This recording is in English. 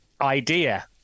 idea